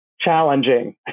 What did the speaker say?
challenging